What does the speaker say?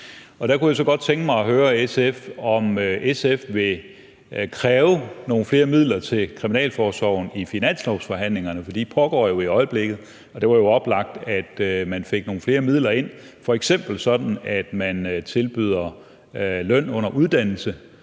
Der kunne jeg så godt tænke mig at høre SF, om SF vil kræve nogle flere midler til kriminalforsorgen i finanslovsforhandlingerne, for de pågår jo i øjeblikket, og det var jo oplagt, at man fik nogle flere midler ind, f.eks. sådan at man tilbyder løn under uddannelse,